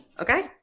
Okay